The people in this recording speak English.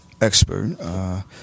expert